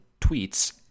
tweets